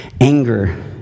anger